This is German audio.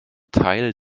teil